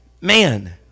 man